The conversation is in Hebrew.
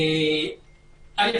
ראשית,